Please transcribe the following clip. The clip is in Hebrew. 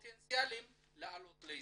לפוטנציאלים להחליט לעלות לישראל.